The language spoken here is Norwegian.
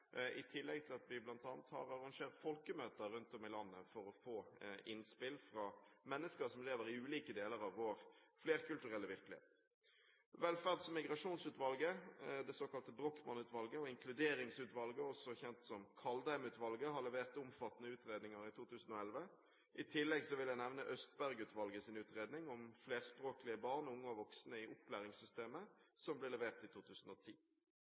i tillegg til at vi bl.a. har arrangert folkemøter rundt om i landet for å få innspill fra mennesker som lever i ulike deler av vår flerkulturelle virkelighet. Velferds- og migrasjonsutvalget, det såkalte Brochmann-utvalget, og Inkluderingsutvalget, også kjent som Kaldheim-utvalget, har levert omfattende utredninger i 2011. I tillegg vil jeg nevne Østberg-utvalgets utredning om flerspråklige barn, unge og voksne i opplæringssystemet, som ble levert i 2010.